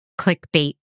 clickbait